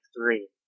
three